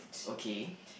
okay